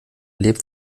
lebt